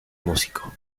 músico